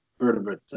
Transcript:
vertebrate